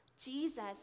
Jesus